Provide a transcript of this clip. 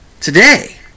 today